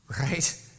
right